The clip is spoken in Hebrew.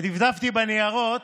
ודפדפתי בניירות,